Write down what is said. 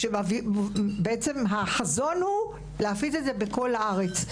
כשבעצם החזון הוא להפיץ את זה בכל הארץ.